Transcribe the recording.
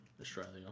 Australia